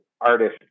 artist